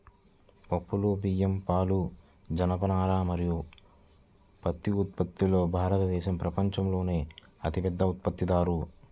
పప్పులు, బియ్యం, పాలు, జనపనార మరియు పత్తి ఉత్పత్తిలో భారతదేశం ప్రపంచంలోనే అతిపెద్ద ఉత్పత్తిదారు